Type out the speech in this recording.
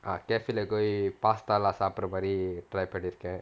ah cafe போய்:poi pasta எல்லாம் சாப்பிடுற மாறி:ellaam saapidure maari try பண்ணி இருக்கேன்:panni irukaen